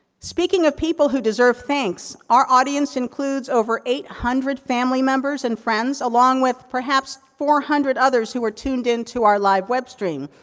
speaking of people who deserve thanks, our audience includes over eight hundred family members, and friends, along with perhaps four hundred others who are tuned into our live web-stream.